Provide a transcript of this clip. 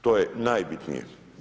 To je najbitnije.